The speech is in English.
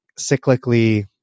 cyclically